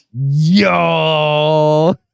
yo